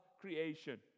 creation